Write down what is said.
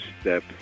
step